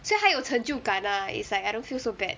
所以它有成就感 lah it's like I don't feel so bad